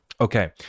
Okay